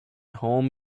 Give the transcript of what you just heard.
home